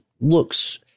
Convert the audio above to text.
looks